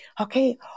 Okay